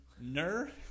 NER